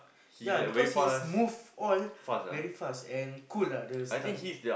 ya because his move all very fast and cool lah the stunt